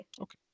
Okay